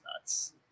nuts